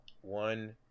one